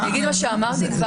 אני אגיד מה שכבר אמרתי,